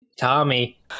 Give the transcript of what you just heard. Tommy